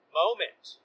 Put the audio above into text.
moment